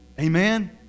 Amen